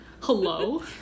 Hello